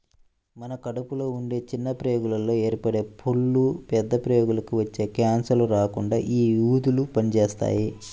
మన కడుపులో ఉండే చిన్న ప్రేగుల్లో ఏర్పడే పుళ్ళు, పెద్ద ప్రేగులకి వచ్చే కాన్సర్లు రాకుండా యీ ఊదలు పనిజేత్తాయి